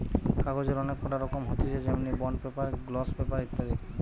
কাগজের অনেক কটা রকম হতিছে যেমনি বন্ড পেপার, গ্লস পেপার ইত্যাদি